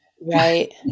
Right